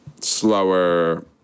slower